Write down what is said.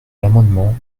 l’amendement